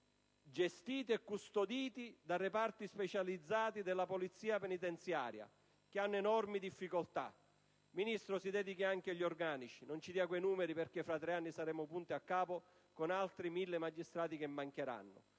gestiti e custoditi da reparti specializzati della polizia penitenziaria, che hanno enormi difficoltà. Ministro, si dedichi anche agli organici, non ci dia quei numeri perché fra tre anni saremo punto e a capo con altri mille magistrati che mancheranno.